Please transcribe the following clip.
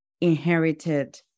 inherited